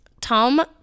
Tom